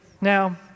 Now